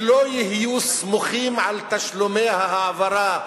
שלא יהיו סמוכים על תשלומי ההעברה,